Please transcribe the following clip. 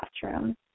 classroom